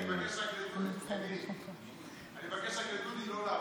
אני רק מבקש, לדודי לא להפריע.